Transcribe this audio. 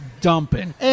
dumping